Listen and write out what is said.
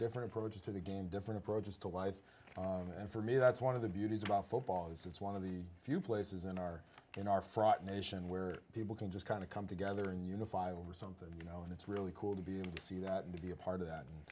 different approaches to the game different approaches to life and for me that's one of the beauties about football is it's one of the few places in our in our fraught nation where people can just kind of come together and unify over something you know and it's really cool to be able to see that and to be a part of that